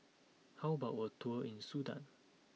how about a tour in Sudan